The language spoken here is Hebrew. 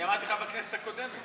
אני אמרתי לך בכנסת הקודמת.